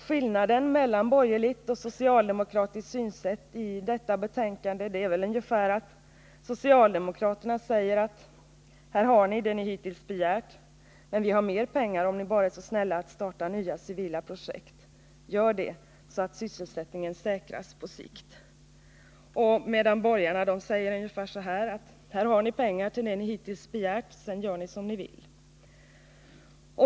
Skillnaden mellan borgerligt och socialdemokratiskt synsätt i just denna fråga är väl ungefär följande: Socialdemokraterna säger: Här har ni det ni hittills begärt, men vi har mer pengar om ni bara är så snälla och startar nya civila projekt. Gör det så att sysselsättningen säkras på sikt. Borgarna däremot säger ungefär så här: Här har ni pengar till det ni hittills begärt, och sedan gör ni som ni vill.